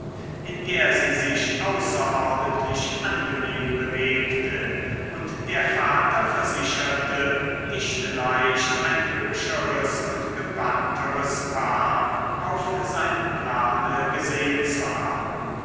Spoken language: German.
in der sie sich außerordentlich angenehm bewegte und der vater versicherte nicht leicht ein hübscheres und gewandteres paar auf seinem plane gesehen zu haben